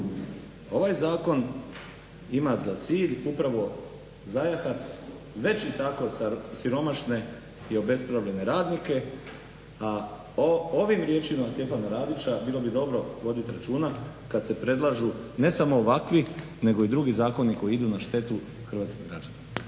Ovaj zakon ima za cilj upravo zajahati već i tako siromašne i obespravljene radnike, a ovim riječima Stjepana Radića bilo bi dobro voditi računa kada se predlažu ne samo ovakvi nego i drugi zakoni koji idu na štetu hrvatskih građana.